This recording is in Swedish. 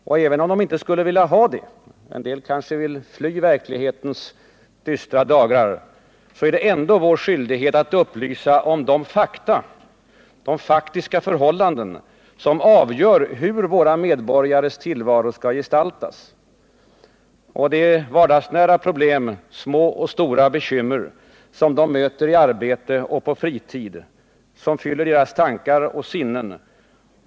Och även om de inte skulle vilja ha det — en del kanske vill fly verklighetens dystra dagrar — är det ändå vår skyldighet att upplysa om de faktiska förhållanden som avgör hur våra medborgares tillvaro skall gestaltas. Det är vardagsnära problem — små och stora bekymmer — som de möter i arbete och på fritid, som fyller deras tankar och sinnen.